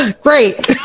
Great